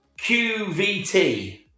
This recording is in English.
QVT